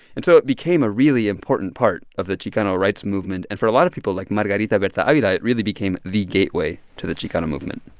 and so it became a really important part of the chicano rights movement. and for a lot of people like margarita but berta-avila, um you know it really became the gateway to the chicano movement.